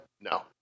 No